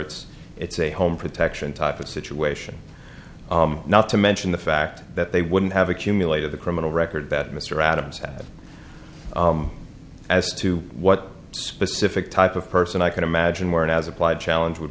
it's it's a home protection type of situation not to mention the fact that they wouldn't have accumulated the criminal record that mr adams had as to what specific type of person i can imagine where it has applied challenge would